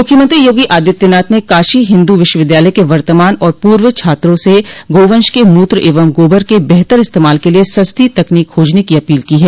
मुख्यमंत्री योगी आदित्यनाथ ने काशी हिन्दू विश्वविद्यालय के वर्तमान और पूर्व छात्रों से गोवंश के मूत्र एवं गोबर के बेहतर इस्तेमाल के लिये सस्ती तकनीक खोजने की अपील की है